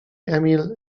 emil